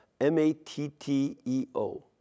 M-A-T-T-E-O